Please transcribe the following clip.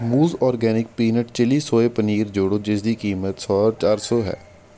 ਮੂਜ਼ organic peanut chilli soya paneer ਜੋੜੋ ਜਿਸ ਦੀ ਕੀਮਤ ਸੌ ਚਾਰ ਸੌ ਹੈ